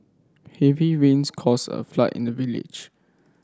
heavy rains caused a flood in the village